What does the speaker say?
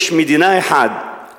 יש מדינה אחת,